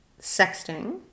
sexting